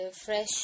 fresh